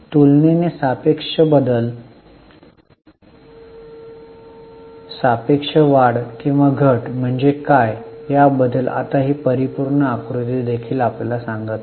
तुलनेने सापेक्ष बदल सापेक्ष वाढ किंवा घट म्हणजे काय याबद्दल आता ही परिपूर्ण आकृती देखील आपल्याला सांगत नाही